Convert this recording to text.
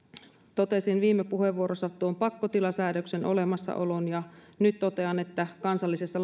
totesin viime puheenvuorossa tuon pakkotilasäädöksen olemassaolon ja nyt totean että kansallisessa